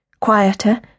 quieter